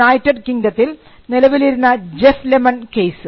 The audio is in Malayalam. യുണൈറ്റഡ് കിങ്ഡത്തിൽ നിലവിലിരുന്ന ജെഫ് ലെമൺ കേസ്